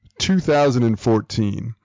2014